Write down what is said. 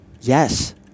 Yes